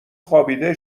خوابیده